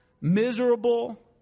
miserable